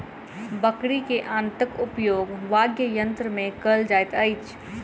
बकरी के आंतक उपयोग वाद्ययंत्र मे कयल जाइत अछि